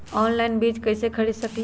Online बीज कईसे खरीद सकली ह?